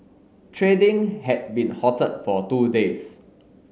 trading had been halted for two days